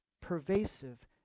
pervasive